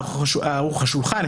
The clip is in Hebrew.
בעל ערוך השולחן,